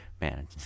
man